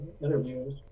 interviews